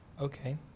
Okay